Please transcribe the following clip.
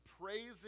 praising